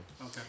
Okay